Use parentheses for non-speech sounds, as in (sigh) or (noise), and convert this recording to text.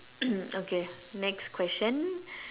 (coughs) okay next question